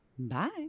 Bye